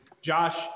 josh